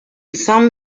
some